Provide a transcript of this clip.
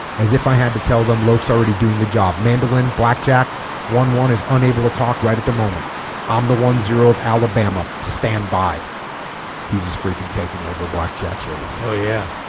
as if i had to tell them lok's already doing the job mandolin blackjack one one is unable to talk right at the moment i'm the one zero of alabama stand by he's just freaking taken over blackjack's ready to go oh yeah